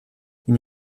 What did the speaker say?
n’y